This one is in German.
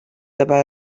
dabei